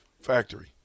Factory